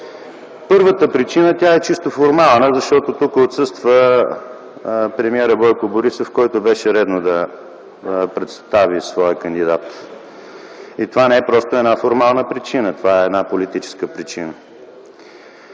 Първата причина е чисто формална – защото тук отсъства премиерът Бойко Борисов, който беше редно да представи своя кандидат. Това не е просто една формална - това е политическа причина.